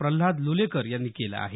प्रल्हाद लुलेकर यांनी केलं आहे